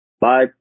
Bye